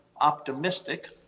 optimistic